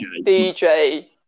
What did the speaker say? DJ